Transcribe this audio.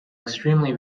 extremely